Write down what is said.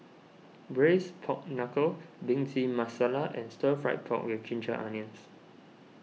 Braised Pork Knuckle Bhindi Masala and Stir Fried Pork with Ginger Onions